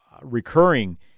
recurring